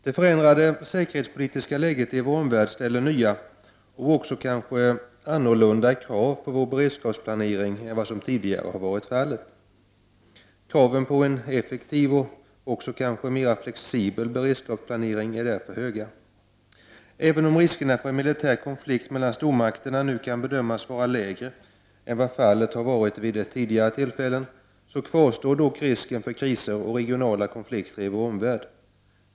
Det förändrade säkerhetspolitiska läget i vår omvärld ställer nya och kanske också annorlunda krav på vår beredskapsplanering än vad som tidigare har varit fallet. Kraven på en effektiv och också kanske mera flexibel beredskapsplanering är därför höga. Även om riskerna för en militär konflikt mellan stormakterna nu kan bedömas vara mindre än vad fallet har varit vid tidigare tillfällen, kvarstår dock risken för kriser och regionala konflikter i vår omvärld.